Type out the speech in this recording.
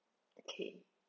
okay